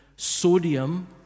Sodium